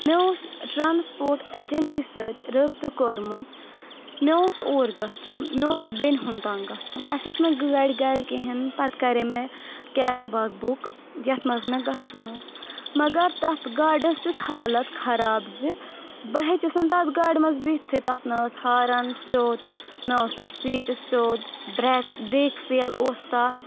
مےٚ اوس transport agency سۭتۍ رٲبطہٕ کوٚرمُت مےٚ اوس اور گژھُن مےٚ اوس بیٚنہِ ہُنٛد تام گژھُن اسہِ ٲس نہٕ گٲڑۍ کرِ کہیٖنۍ پتہٕ کرے مےٚ کیب اکھ بُک یتھ منٛز مےٚ گژھُن اوس مگر تتھ گاڑِ ٲس تِژھ حالت خراب زِ بہٕ ہیٚچِس نہٕ تتھ گاڑِ منٛز بِہِتھٕے تتھ نہ ٲس ہارن سیٚود نہ اوس تتھ سیٖٹہٕ سیٚود برٛیک بریک فیل اوس تتھ